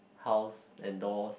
house and doors